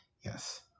Yes